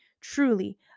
truly